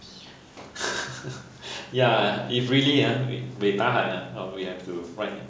ya if really ah beh tahan ah uh we have to write